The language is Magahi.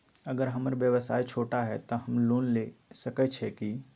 अगर हमर व्यवसाय छोटा है त हम लोन ले सकईछी की न?